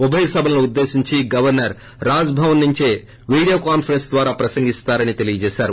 ఉభయ సభలను ఉద్దేశించి గవర్సర్ రాజ్భవన్ నుంచే వీడియో కాన్సరెన్స్ ద్వారా ప్రసంగిస్తారని తెలియచేశారు